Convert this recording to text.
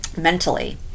mentally